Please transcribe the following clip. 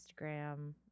Instagram